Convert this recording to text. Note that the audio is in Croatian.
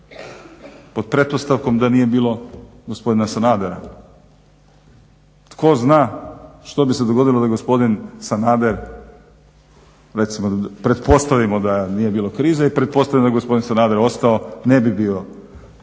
pod pretpostavkom da nije bilo gospodina Sanadera. Tko zna što bi se dogodilo da gospodin Sanader recimo pretpostavimo da nije bilo krize i pretpostavimo da je gospodin Sanader ostao ne bi bio